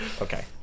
Okay